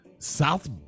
South